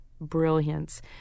brilliance